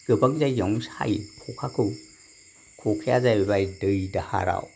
गोबां जायगायावनो सायो खखाखौ खखाया जाहैबाय दै दाहाराव